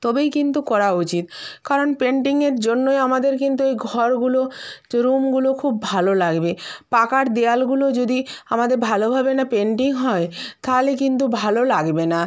তবেই কিন্তু করা উচিত কারণ পেন্টিংয়ের জন্যই আমাদের কিন্তু ওই ঘরগুলো যে রুমগুলো খুব ভালো লাগবে পাকার দেয়ালগুলো যদি আমাদের ভালোভাবে না পেন্টিং হয় তাহলে কিন্তু ভালো লাগবে না